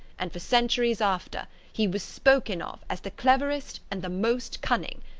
and for centuries after, he was spoken of as the cleverest and the most cunning,